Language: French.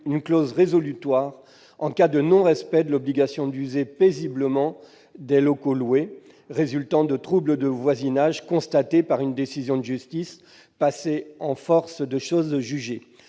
une clause résolutoire en cas de « non-respect de l'obligation d'user paisiblement des locaux loués, résultant de troubles de voisinage constatés par une décision de justice passée en force de chose jugée